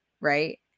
right